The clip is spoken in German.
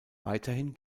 weiterhin